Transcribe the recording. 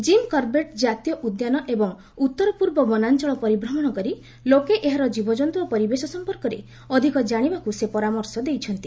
gym Corbett ଜାତୀୟ ଉଦ୍ୟାନ ଏବଂ ଉତ୍ତର ପୂର୍ବ ବନାଞ୍ଚଳ ପରିଭ୍ରମଣ କରି ଲୋକେ ଏହାର ଜୀବଜନ୍ତ ଓ ପରିବେଶ ସମ୍ପର୍କରେ ଅଧିକ ଜାଣିବାକୁ ସେ ପରାମର୍ଶ ଦେଇଛନ୍ତି